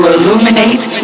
Illuminate